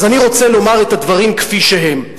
אז אני רוצה לומר את הדברים כפי שהם: